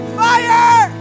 fire